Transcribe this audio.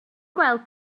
gweld